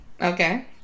Okay